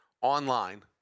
online